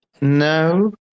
No